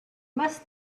must